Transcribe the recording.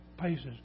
paces